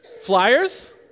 Flyers